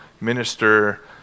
minister